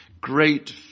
Great